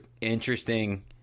interesting